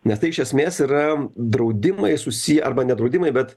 nes tai iš esmės yra draudimai susiję arba ne draudimai bet